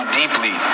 deeply